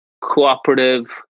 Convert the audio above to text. cooperative